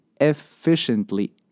efficiently